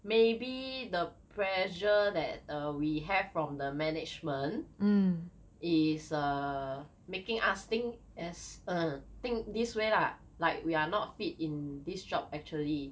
maybe the pressure that uh we have from the management is err making us think as err think this way lah like we are not fit in this job actually